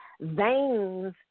veins